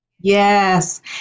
Yes